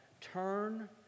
Turn